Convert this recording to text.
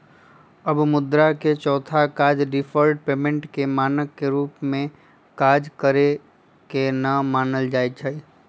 अब मुद्रा के चौथा काज डिफर्ड पेमेंट के मानक के रूप में काज करेके न मानल जाइ छइ